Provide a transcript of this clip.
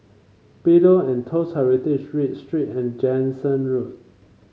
Pillow and Toast Heritage Read Street and Jansen Road